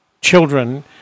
children